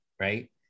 right